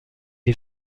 est